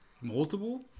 Multiple